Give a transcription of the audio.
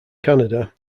canada